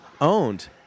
owned